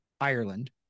Ireland